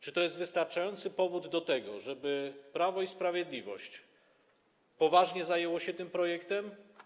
Czy to jest wystarczający powód do tego, żeby Prawo i Sprawiedliwość poważnie zajęło się tym projektem?